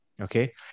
Okay